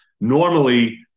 normally